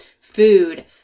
Food